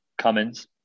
Cummins